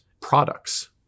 products